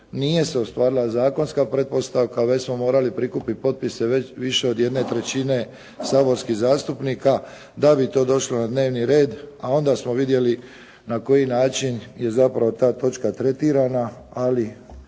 nije se ostvarila zakonska pretpostavka, već smo morali prikupiti potpise, već više od jedne trećine saborskih zastupnika da bi to došlo na dnevni red a onda smo vidjeli na koji način je zapravo ta točka tretirana,